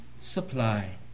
supply